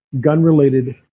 gun-related